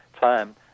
time